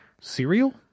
Cereal